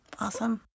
Awesome